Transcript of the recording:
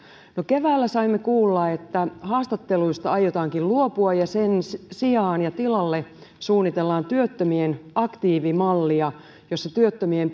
no keväällä saimme kuulla että haastatteluista aiotaankin luopua ja sen sijaan ja tilalle suunnitellaan työttömien aktiivimallia jossa työttömien